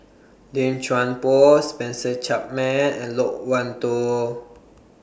Lim Chuan Poh Spencer Chapman and Loke Wan Tho